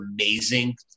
amazing